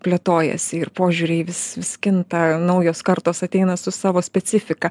plėtojasi ir požiūriai vis vis kinta naujos kartos ateina su savo specifika